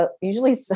usually